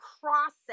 process